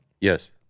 Yes